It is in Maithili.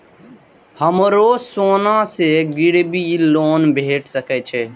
हमरो सोना से गिरबी लोन भेट सके छे?